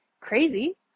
crazy